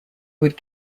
would